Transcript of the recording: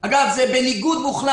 אגב, לפי מה שנאמר לנו זה בניגוד מוחלט